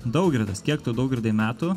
daugirdas kiek tau daugirdai metų